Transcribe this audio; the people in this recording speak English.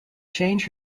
change